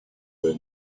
will